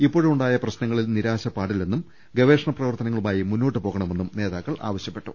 ഇപ്പോഴുണ്ടായ പ്രശ്നങ്ങളിൽ നിരാശ പാടി ല്ലെന്നും ഗവേഷണ പ്രവർത്തനങ്ങളുമായി മുന്നോട്ടുപോകണമെന്നും നേതാ ക്കൾ ആവശ്യപ്പെട്ടു